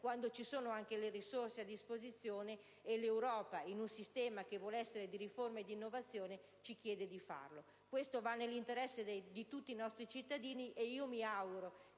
quando ci sono anche le risorse a disposizione e l'Europa, in un sistema che vuole essere di riforma e di innovazione, ci chiede di farlo. Questo va nell'interesse di tutti i nostri cittadini, e mi auguro